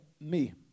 me